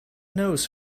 knows